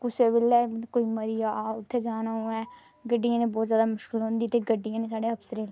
कुसै बेल्लै कोई मरी जा उत्थै जाना होऐ गड्डियें दी बहुत ज्यादा मुश्कल होंदी ते गड्डियां न साढ़े अफसरें